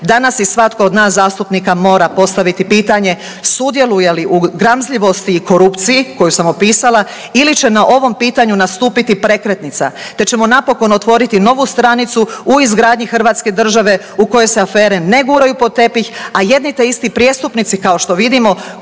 Danas i svatko od nas zastupnika mora postaviti pitanje sudjeluje li u gramzljivosti i korupciji koju sam opisala ili će na ovom pitanju nastupiti prekretnica te ćemo napokon otvoriti novu stranicu u izgradnji Hrvatske države u kojoj se afere ne guraju pod tepih, a jedni te isti prijestupnici kao što vidimo